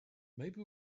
maybe